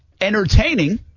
entertaining